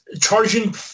charging